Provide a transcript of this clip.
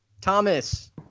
Thomas